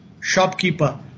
shopkeeper